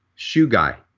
shoe guy.